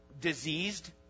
diseased